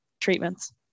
treatments